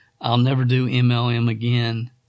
I'll-never-do-MLM-again